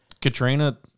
Katrina